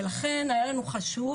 לכן היה לנו חשוב